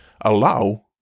allow